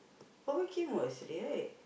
boy boy came what yesterday right